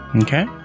Okay